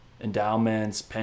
endowments